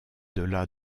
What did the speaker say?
delà